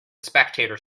spectator